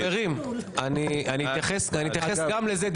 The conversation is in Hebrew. חברים, אני אתייחס גם לזה.